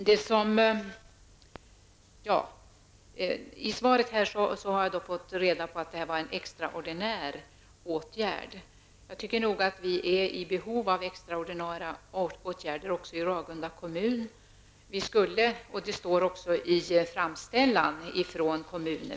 Av svaret fick jag reda på att lånen till Göteborg och Malmö var en extraordinär åtgärd. Jag tycker nog att vi är i behov av extraordinära åtgärder också i Ragunda kommun.